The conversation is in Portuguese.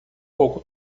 pouco